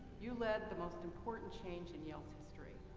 you led the most important change in yale's history.